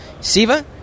Siva